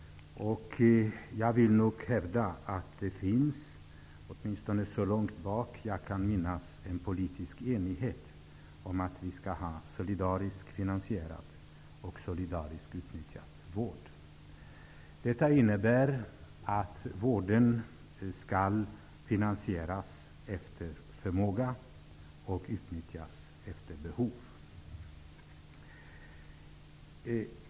Jag vill nog hävda att det finns, åtminstone så långt tillbaka jag kan minnas, en politisk enighet om att vi skall ha solidariskt finansierad och solidariskt utnyttjad vård. Detta innebär att vården skall finansieras efter förmåga och utnyttjas efter behov.